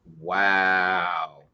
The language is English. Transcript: Wow